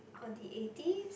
or the eighties